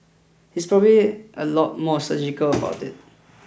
he's probably a lot more surgical about it